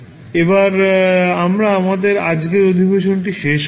এবার আমরা আমাদের আজকের অধিবেশনটি শেষ করছি